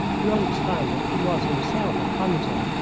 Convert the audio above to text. you understand that he was himself a hunter,